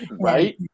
right